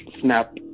snap